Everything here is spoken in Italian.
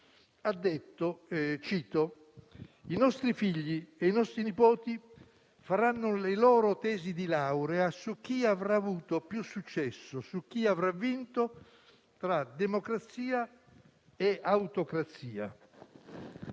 testualmente, che i nostri figli e i nostri nipoti faranno le loro tesi di laurea su chi avrà avuto più successo e su chi avrà vinto tra democrazia e autocrazia.